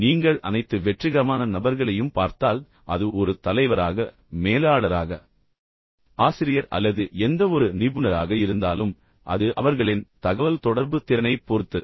நீங்கள் அனைத்து வெற்றிகரமான நபர்களையும் பார்த்தால் அது ஒரு தலைவராக மேலாளராக ஆசிரியர் அல்லது எந்தவொரு நிபுணராக இருந்தாலும் அது அவர்களின் தகவல்தொடர்பு திறனைப் பொறுத்தது